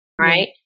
Right